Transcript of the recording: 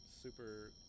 super